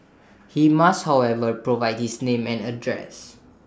he must however provide his name and address